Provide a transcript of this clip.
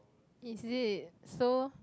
is it so